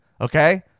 Okay